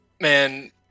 man